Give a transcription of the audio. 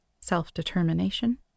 self-determination